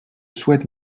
souhaite